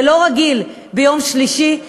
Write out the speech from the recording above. זה לא רגיל ביום שלישי,